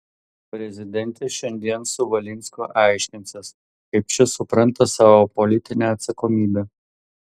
prezidentė šiandien su valinsku aiškinsis kaip šis supranta savo politinę atsakomybę